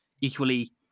equally